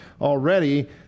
already